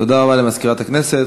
תודה רבה למזכירת הכנסת.